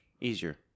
easier